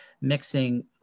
mixing